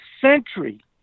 century